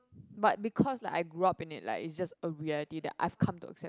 but because like I grew up in it like is just a reality that I've come to accept